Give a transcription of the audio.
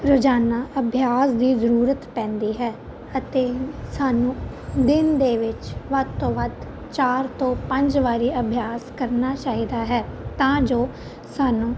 ਰੋਜ਼ਾਨਾ ਅਭਿਆਸ ਦੀ ਜ਼ਰੂਰਤ ਪੈਂਦੀ ਹੈ ਅਤੇ ਸਾਨੂੰ ਦਿਨ ਦੇ ਵਿੱਚ ਵੱਧ ਤੋਂ ਵੱਧ ਚਾਰ ਤੋਂ ਪੰਜ ਵਾਰੀ ਅਭਿਆਸ ਕਰਨਾ ਚਾਹੀਦਾ ਹੈ ਤਾਂ ਜੋ ਸਾਨੂੰ